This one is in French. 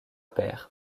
pairs